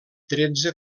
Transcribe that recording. tretze